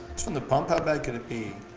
from the pump, how bad could it be?